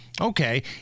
Okay